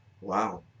Wow